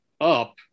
up